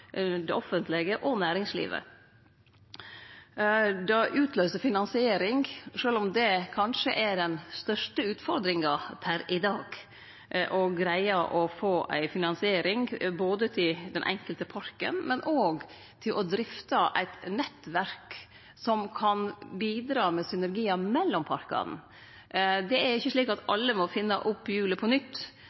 det offentlege og næringslivet, har gitt meirverdi, altså synergieffektar. Det utløyser finansiering, sjølv om den største utfordringa per i dag kanskje er å greie å få ei finansiering både til den enkelte parken og til å drifte eit nettverk som kan bidra med synergiar mellom parkane. Det er ikkje slik at alle må finne opp hjulet på nytt.